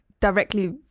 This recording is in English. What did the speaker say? Directly